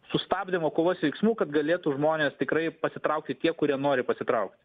sustabdymo kovos veiksmų kad galėtų žmonės tikrai pasitraukti tie kurie nori pasitraukt